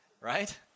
right